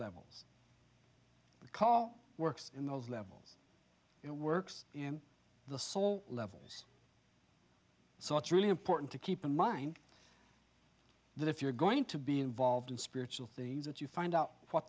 levels the call works in those levels it works in the soul levels so it's really important to keep in mind that if you're going to be involved in spiritual things that you find out what